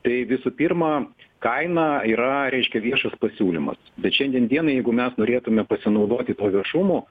tai visų pirma kaina yra reiškia viešas pasiūlymas bet šiandien dienai jeigu mes norėtume pasinaudoti tuo viešumu